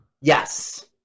yes